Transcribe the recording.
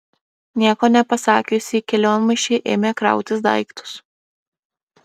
nieko nepasakiusi į kelionmaišį ėmė krautis daiktus